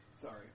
Sorry